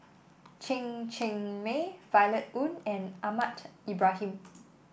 Chen Cheng Mei Violet Oon and Ahmad Ibrahim